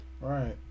Right